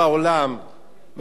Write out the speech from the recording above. למשל בארצות-הברית